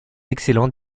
excellent